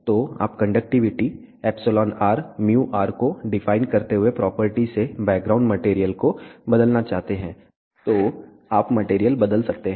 तो आप conductivity εrμr को डिफाइन करते हुए प्रॉपर्टी से बैकग्राउंड मटेरियल को बदलना चाहते हैं तो आप मटेरियल बदल सकते हैं